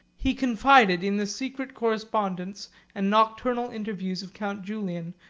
he confided in the secret correspondence and nocturnal interviews of count julian,